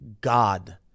God